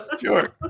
sure